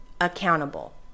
accountable